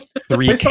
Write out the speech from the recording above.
Three